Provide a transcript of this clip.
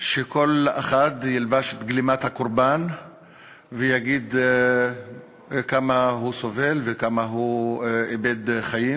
שכל אחד ילבש את גלימת הקורבן ויגיד כמה הוא סובל וכמה הוא איבד חיים,